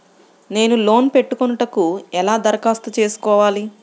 నేను లోన్ పెట్టుకొనుటకు ఎలా దరఖాస్తు చేసుకోవాలి?